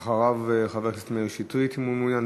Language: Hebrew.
אחריו, חבר הכנסת מאיר שטרית, אם הוא מעוניין.